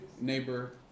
neighbor